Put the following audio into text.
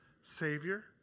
Savior